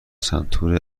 سنتور